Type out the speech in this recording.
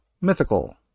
Mythical